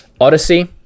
odyssey